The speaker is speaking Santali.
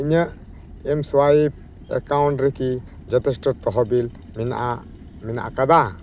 ᱤᱧᱟᱹᱜ ᱮᱢᱥᱳᱣᱟᱭᱤᱯ ᱮᱠᱟᱣᱩᱱᱴ ᱨᱮᱠᱤ ᱡᱚᱛᱷᱮᱥᱴᱚ ᱛᱚᱦᱚᱵᱤᱞ ᱢᱮᱱᱟᱜᱼᱟ ᱢᱮᱱᱟᱜ ᱠᱟᱫᱟ